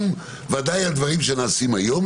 ודאי על דברים שנעשים היום,